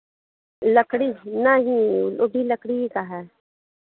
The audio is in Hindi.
लकड़ी नहीं वो भी लकड़ी ही का है